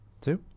two